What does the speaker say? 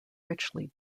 richly